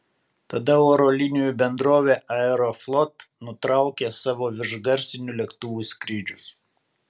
tada oro linijų bendrovė aeroflot nutraukė savo viršgarsinių lėktuvų skrydžius